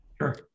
Sure